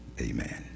Amen